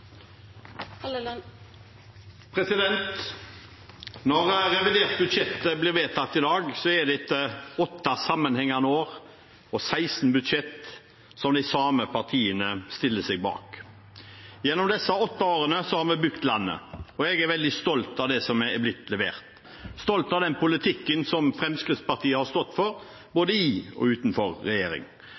Når revidert budsjett blir vedtatt i dag, er det etter åtte sammenhengende år og 16 budsjett, som de samme partiene stiller seg bak. Gjennom disse åtte årene har vi bygd landet, og jeg er veldig stolt av det som er blitt levert, stolt av den politikken som Fremskrittspartiet har stått for, både i og utenfor regjering.